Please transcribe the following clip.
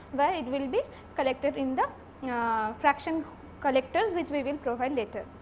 but it will be collected in the you know fraction collectors which we will provide later.